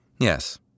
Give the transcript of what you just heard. Yes